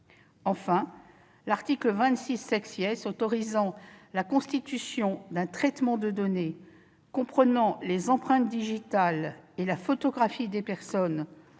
mentionner l'article 26 autorisant la constitution d'un traitement de données comprenant les empreintes digitales et la photographie des personnes